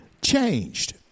changed